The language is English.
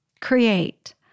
create